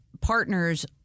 partners